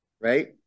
right